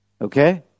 Okay